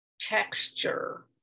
texture